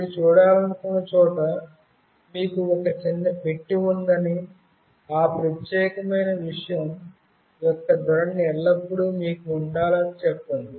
మీరు చూడాలనుకున్న చోట మీకు ఒక చిన్న పెట్టె ఉందని ఆ ప్రత్యేకమైన విషయం యొక్క ధోరణి ఎల్లప్పుడూ మీకు ఉండాలి అని చెప్పండి